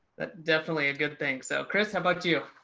that definitely a good thing. so chris, how about you?